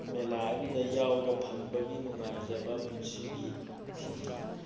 ꯃꯦꯂꯥ ꯑꯗꯨꯗ ꯌꯥꯎꯕ ꯐꯪꯕꯒꯤ ꯅꯨꯡꯉꯥꯏꯖꯕ ꯄꯨꯟꯁꯤꯒꯤ